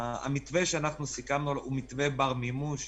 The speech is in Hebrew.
המתווה שאנחנו סיכמנו הוא מתווה בר מימוש,